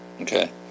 Okay